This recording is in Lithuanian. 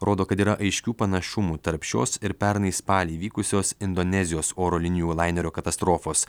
rodo kad yra aiškių panašumų tarp šios ir pernai spalį įvykusios indonezijos oro linijų lainerio katastrofos